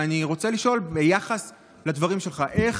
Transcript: ואני רוצה לשאול, ביחס לדברים שלך: איך